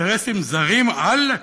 אינטרסים זרים, עלק.